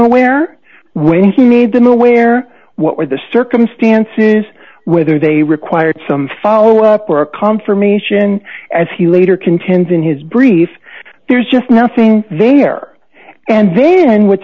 aware when he made them aware what were the circumstances whether they required some follow up or a confirmation as he later contends in his brief there's just nothing there and then what's